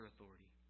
authority